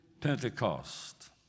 Pentecost